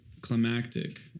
climactic